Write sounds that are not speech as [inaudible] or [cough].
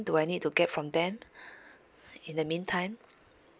do I need to get from them [breath] in the meantime